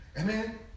Amen